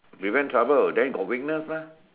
prevent trouble then got witness mah